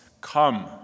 Come